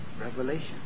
revelation